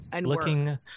Looking